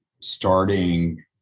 starting